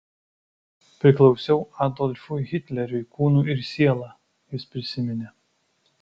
priklausiau adolfui hitleriui kūnu ir siela jis prisiminė